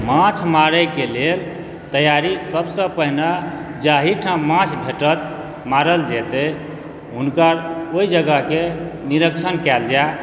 माँछ मारैके लेल तैयारी सबसँ पहिने जाहिठाम माँछ भेटत मारल जेतै हुनकर ओहि जगहके निरीक्षण कयल जाय